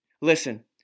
Listen